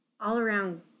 all-around